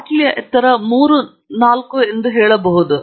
ಬಾಟಲಿಯ ಎತ್ತರ ಮೂರು ನಾಲ್ಕನ್ನು ಹೇಳಬಹುದು